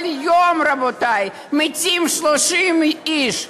כל יום, רבותי, מתים 30 איש.